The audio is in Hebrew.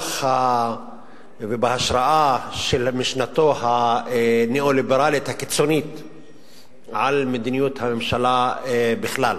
ברוח ובהשראה של משנתו הניאו-ליברלית הקיצונית על מדיניות הממשלה בכלל.